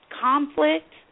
conflict